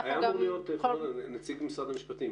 היה אמור להיות פה גם נציג משרד המשפטים.